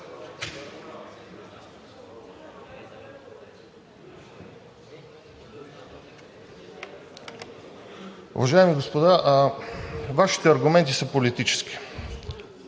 Уважаеми господа, Вашите аргументи са политически.